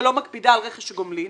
שלא מקפידה על רכש גומלין,